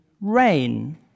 rain